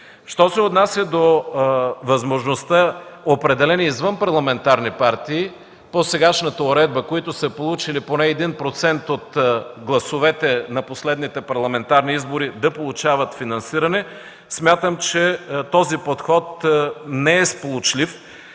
Що се отнася до възможността определени извънпарламентарни партии, по сегашната уредба, които са получили поне 1% от гласовете на последните парламентарни избори, да получават финансиране: смятам, че този подход не е сполучлив,